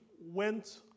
went